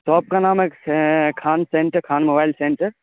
shop کا نام ہے Khan centre Khan mobile centre